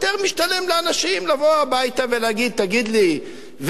יותר משתלם לאנשים לבוא הביתה ולהגיד: תגיד לי,